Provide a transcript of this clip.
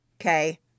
Okay